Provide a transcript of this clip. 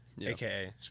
aka